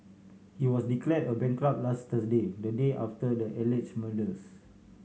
he was declared a bankrupt last Thursday the day after the alleged murders